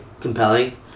compelling